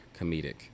comedic